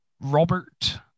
Robert